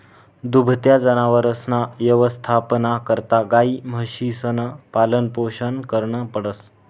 दुभत्या जनावरसना यवस्थापना करता गायी, म्हशीसनं पालनपोषण करनं पडस